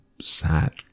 Sat